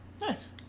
Nice